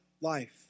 life